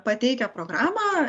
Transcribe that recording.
pateikia programą